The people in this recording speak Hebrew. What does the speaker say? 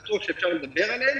בטוח שאפשר לדבר עליהם.